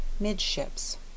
midships